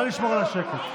נא לשמור על השקט.